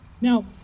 Now